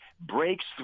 breaks